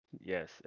Yes